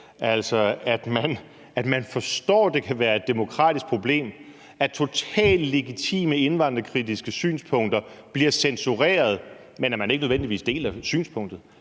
altså at man forstår, at det kan være et demokratisk problem, at totalt legitime indvandrerkritiske synspunkter bliver censureret, men at man ikke nødvendigvis deler synspunktet.